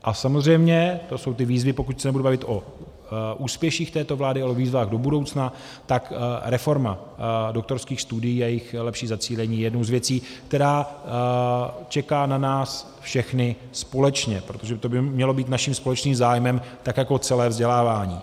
A samozřejmě to jsou ty výzvy, pokud se nebudu bavit o úspěších této vlády, ale o výzvách do budoucna, tak reforma doktorských studií a jejich lepší zacílení je jednou z věcí, která čeká na nás všechny společně, protože to by mělo být naší společným zájmem, tak jako celé vzdělávání.